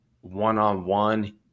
one-on-one